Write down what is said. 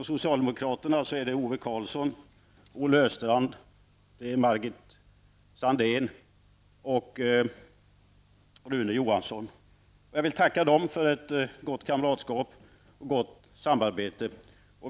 Från socialdemokraterna är det Ove Karlsson, Olle Östrand, Margit Sandéhn och Rune Johansson. Jag vill tacka dem för ett gott kamratskap och gott samarbete.